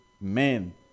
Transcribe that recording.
men